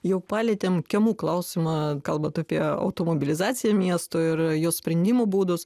jau palietėm kiemų klausimą kalbant apie automobilizaciją miesto ir jos sprendimo būdus